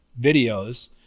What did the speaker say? videos